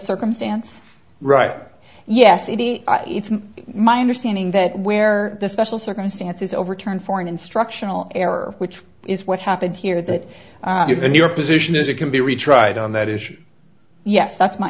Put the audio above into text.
circumstance right yes it is it's my understanding that where the special circumstance is overturned for an instructional error which is what happened here that given your position is it can be retried on that issue yes that's my